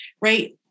right